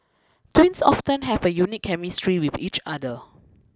twins often have a unique chemistry with each other